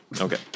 Okay